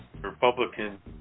Republican